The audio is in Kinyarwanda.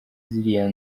ziriya